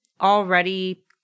already